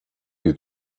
you